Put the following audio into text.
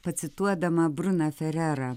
pacituodama bruną fererą